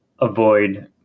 avoid